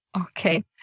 Okay